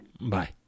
Bye